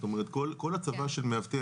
זאת אומרת כל הצבה של מאבטח,